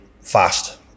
Fast